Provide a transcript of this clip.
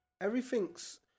Everything's